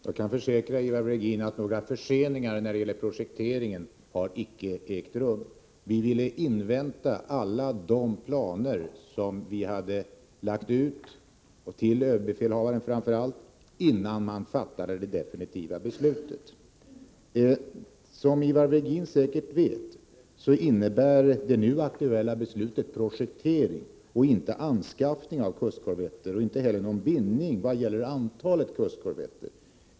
Herr talman! Jag kan försäkra Ivar Virgin att några förseningar när det gäller projekteringen icke har ägt rum. Vi ville invänta alla de planer som vi hade lagt ut, till överbefälhavaren framför allt, innan vi fattade det definitiva beslutet. Som Ivar Virgin säkert vet innebär det nu aktuella beslutet projektering — inte anskaffning av kustkorvetter och inte heller någon bindning av antalet kustkorvetter.